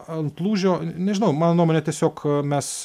ant lūžio nežinau mano nuomone tiesiog mes